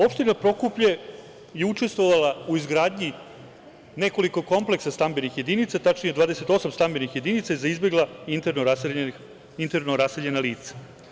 Opština Prokuplje je učestvovala u izgradnji nekoliko kompleksa stambenih jedinica, tačnije 28 stambenih jedinica za izbegla i internoraseljena lica.